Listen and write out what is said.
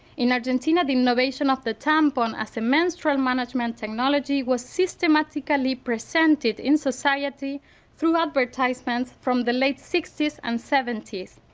in argentina the innovation of the tampon as a menstrual management technology was systematically presented in society through advertisements from the late sixty s and seventy s.